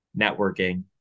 networking